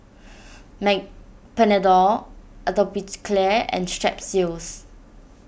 may Panadol Atopiclair and Strepsils